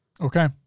Okay